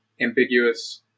ambiguous